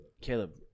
Caleb